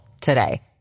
today